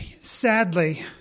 sadly